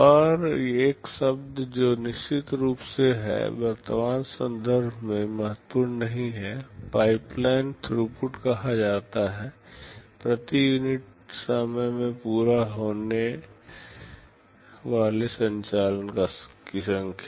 और एक शब्द जो निश्चित रूप से है कि वर्तमान संदर्भ में महत्वपूर्ण नहीं है पाइपलाइन थ्रूपुट कहा जाता है प्रति यूनिट समय में पूरा होने वाले संचालन की संख्या